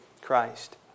Christ